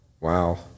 Wow